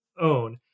own